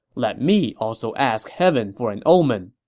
let me also ask heaven for an omen.